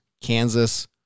Kansas